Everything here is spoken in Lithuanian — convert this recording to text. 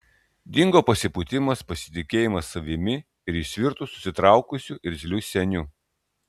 dingo pasipūtimas pasitikėjimas savimi ir jis virto susitraukusiu irzliu seniu